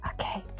Okay